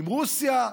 עם רוסיה,